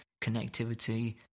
connectivity